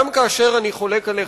גם כאשר אני חולק עליך,